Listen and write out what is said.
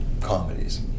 comedies